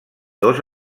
dos